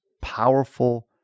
powerful